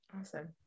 Awesome